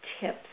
tips